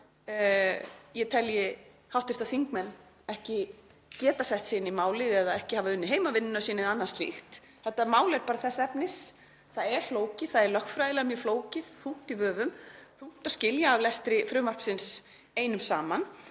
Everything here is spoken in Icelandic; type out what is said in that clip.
ég telji hv. þingmenn ekki geta sett sig inn í málið eða ekki hafa unnið heimavinnuna sína eða annað slíkt. Þetta mál er bara þess efnis, það er flókið, það er lögfræðilega mjög flókið og þungt í vöfum, þungt að skilja af lestri frumvarpsins einum saman,